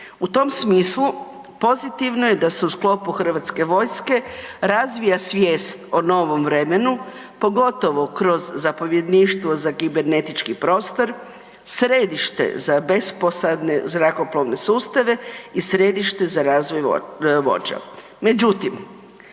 U tom smislu, pozitivno je da su u sklopu HV-a razvija svijest o novom vremenu, pogotovo kroz zapovjedništvo za kibernetički prostor, središte za besposadne zrakoplovne sustave i središte za razvoj vođa.